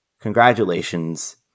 Congratulations